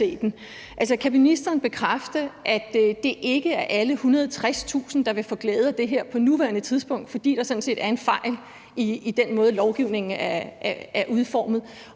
kan ministeren så bekræfte, at det ikke er alle 160.000, der vil få glæde af det her på nuværende tidspunkt, fordi der sådan set er en fejl i den måde, lovgivningen er udformet